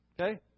okay